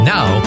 Now